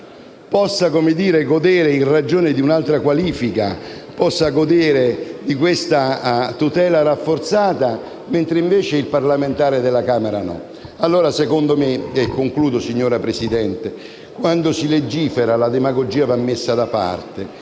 possa godere, in ragione di un'altra qualifica, di questa tutela rafforzata, mentre invece il parlamentare della Camera no? Secondo me - e concludo, signora Presidente - quando si legifera la demagogia va messa da parte